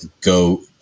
go